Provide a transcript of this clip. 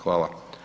Hvala.